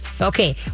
Okay